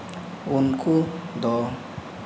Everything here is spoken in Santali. ᱩᱱᱠᱩ ᱫᱚ